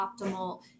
optimal